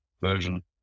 version